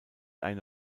eine